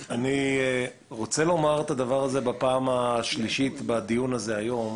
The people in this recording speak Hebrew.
אני רוצה לומר את זה בפעם השלישית בדיון הזה היום.